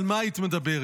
על מה היית מדברת?